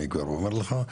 אני כבר אומר לך.